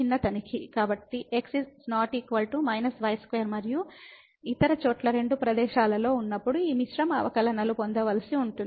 కాబట్టి x ≠ −y2 మరియు ఇతర చోట్ల రెండు ప్రదేశాలలో ఉన్నప్పుడు ఈ మిశ్రమ అవకలనాలను పొందవలసి ఉంటుంది